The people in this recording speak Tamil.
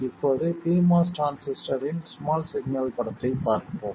இப்போது pMOS டிரான்சிஸ்டரின் ஸ்மால் சிக்னல் படத்தைப் பார்ப்போம்